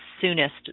soonest